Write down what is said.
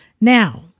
Now